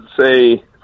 say